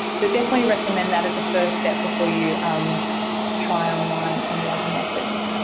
so definitely recommend that as a first step before you try online any other methods.